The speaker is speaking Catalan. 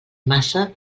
massa